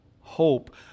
hope